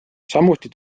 samuti